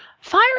fire